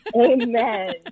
Amen